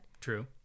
True